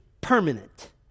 permanent